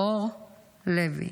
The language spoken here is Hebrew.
אור לוי,